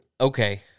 Okay